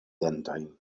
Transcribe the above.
dentojn